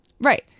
right